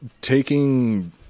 Taking